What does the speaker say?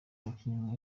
umukinnyi